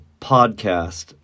podcast